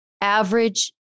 average